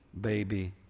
baby